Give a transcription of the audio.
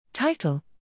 Title